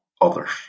others